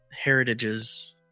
heritages